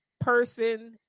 person